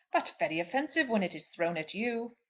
but very offensive when it is thrown at you.